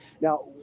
Now